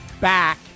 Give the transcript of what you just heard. back